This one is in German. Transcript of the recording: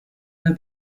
der